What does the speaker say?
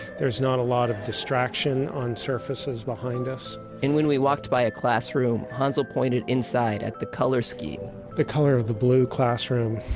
there's not a lot of distraction on the surfaces behind us and when we walked by a classroom, hansel pointed inside at the color scheme the color of the blue classroom,